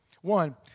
One